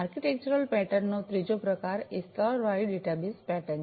architectural pattern નો ત્રીજો પ્રકાર એ સ્તરવાળી ડેટાબેસ પેટર્ન છે